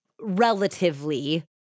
relatively